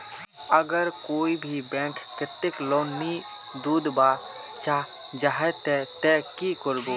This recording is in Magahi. अगर कोई भी बैंक कतेक लोन नी दूध बा चाँ जाहा ते ती की करबो?